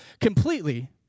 completely